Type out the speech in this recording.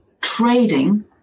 trading